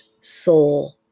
soul